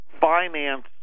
finance